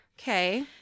Okay